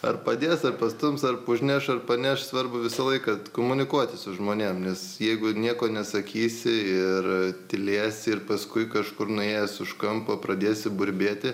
ar padės ar pastums ar užneš ar paneš svarbu visą laiką komunikuoti su žmonėm jeigu nieko nesakysi ir tylės ir paskui kažkur nuėjęs už kampo pradėsi burbėti